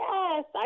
Yes